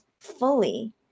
fully